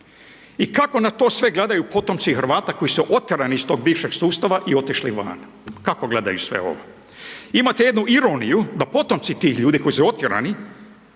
i kako na to sve gledaju potomci Hrvata koji su otjerani iz tog bivšeg sustava i otišli van? Kako gledaju sve ovo? Imate jednu ironiju da potomci tih ljudi koji su otjerani,